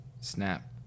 snap